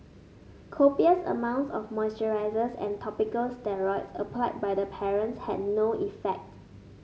copious amounts of moisturisers and topical steroids applied by the parents had no effect